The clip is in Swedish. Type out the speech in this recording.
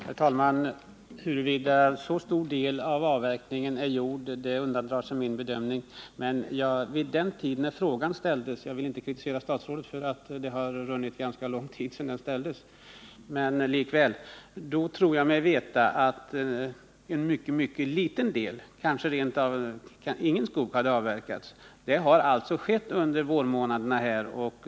Herr talman! Huruvida en så stor del av avverkningen är gjord undandrar sig min bedömning, men vid den tid när frågan framställdes — jag vill inte kritisera statsrådet för att ganska lång tid har förrunnit sedan den ställdes — tror jag mig veta att bara en mycket liten del av skogen, kanske rent av ingen skog, hade avverkats. Avverkningen har alltså skett under vårmånaderna.